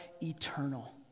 eternal